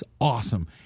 awesome